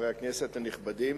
חברי הכנסת הנכבדים,